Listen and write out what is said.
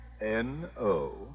N-O